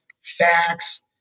facts